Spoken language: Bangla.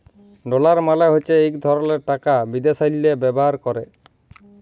ডলার মালে হছে ইক ধরলের টাকা বিদ্যাশেল্লে ব্যাভার ক্যরে